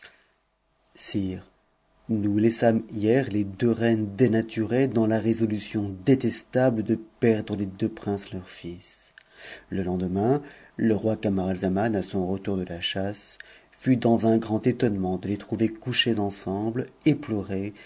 nous laissâmes hier les deux reines dénaturées dans la résolution tetestable de perdre les deux princes leurs sis le lendemain le roi maraizaman à son retour de la chasse fut dans un grand étonnement e les trouver couchées ensemble